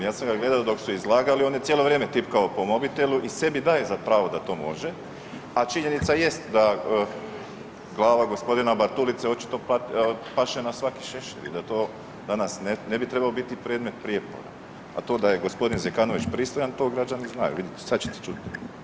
Ja sam ga gledao dok su izlagali, on je cijelo vrijeme tipkao po mobitelu i sebi daje za pravo da to može, a činjenica jest da glava gospodina Bartulice očito paše na svaki šešir i da to danas ne bi trebao biti predmet prijepora, a to da je gospodin Zekanović pristojan to građani znaju, vidjet ćete, sad ćete čuti.